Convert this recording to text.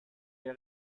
est